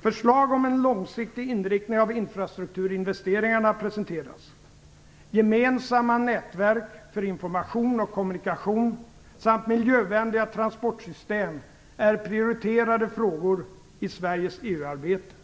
Förslag om en långsiktig inriktning av infrastrukturinvesteringarna presenteras. Gemensamma nätverk för information och kommunikation samt miljövänliga transportsystem är prioriterade frågor i Sveriges EU-arbete.